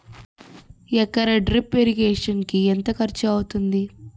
ఎకర drip irrigation కి ఎంత ఖర్చు అవుతుంది?